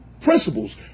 principles